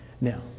Now